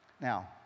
Now